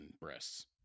breasts